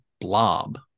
blob